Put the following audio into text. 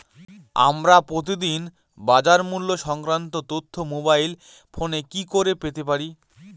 আমরা প্রতিদিন বাজার মূল্য সংক্রান্ত তথ্য মোবাইল ফোনে কি করে পেতে পারি?